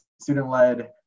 student-led